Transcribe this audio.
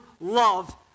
love